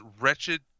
wretched